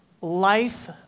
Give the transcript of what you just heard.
life